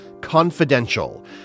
Confidential